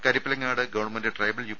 Karippilangad government tribal U